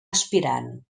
aspirant